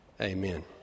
Amen